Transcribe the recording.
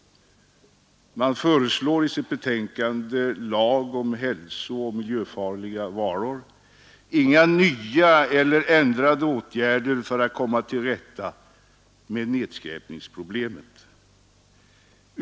Man föreslår lag om hälsooch miljöfarliga varor — inga nya eller ändrade åtgärder för att komma till rätta med nedskräpningsproblemet.